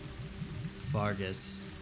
Vargas